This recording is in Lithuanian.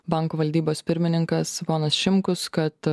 banko valdybos pirmininkas ponas šimkus kad